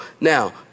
Now